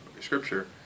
scripture